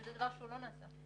וזה דבר שלא נעשה.